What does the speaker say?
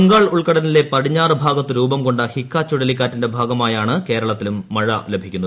ബംഗാൾ ഉൾക്കടലിന്റെ പടിഞ്ഞാറ്റ് ഭാഗ്ത്ത് രൂപം കൊണ്ട ഹിക്ക ചുഴലിക്കാറ്റിന്റെ ഭാഗമായാണ് കേരളത്തിലും മഴ ലഭിക്കുന്നത്